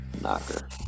knocker